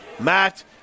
Matt